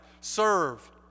serve